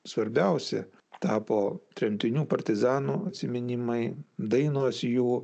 svarbiausia tapo tremtinių partizanų atsiminimai dainos jų